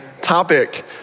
topic